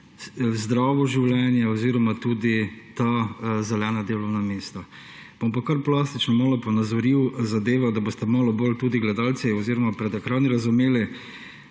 zdravo življenje oziroma tudi ta zelena delovna mesta. Bom pa kar plastično malo ponazoril zadevo, da boste malo bolj tudi gledalci oziroma pred ekrani razumeli,